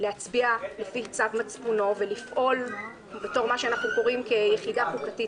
להצביע לפי צו מצפונו ולפעול בתור מה שאנחנו קוראים כ"יחידה חוקתית